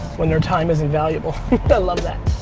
when their time is invaluable. i love that.